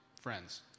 friends